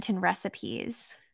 recipes